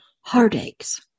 heartaches